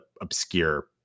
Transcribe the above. obscure